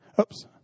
Oops